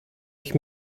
ich